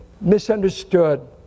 misunderstood